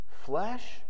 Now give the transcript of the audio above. flesh